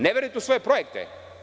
Ne verujete u svoje projekte?